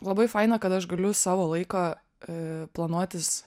labai faina kad aš galiu savo laiką planuotis